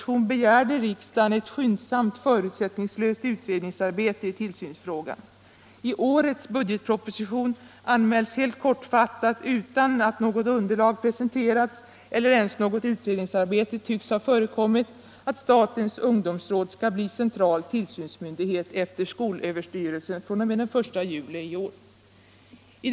I årets budgetproposition anmils helt kortfattat, utan att något underlag presenterats eller ens något utredningsarbete tycks ha förekommit. att statens ungdomsråd skall bli central tillsvnsmyndighet efter skolöverstyrelsen fr.o.m. den 1 juli 1976.